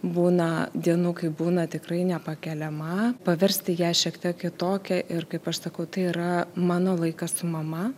būna dienų kai būna tikrai nepakeliama paversti ją šiek tiek kitokią ir kaip aš sakau tai yra mano laikas su mama